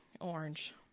orange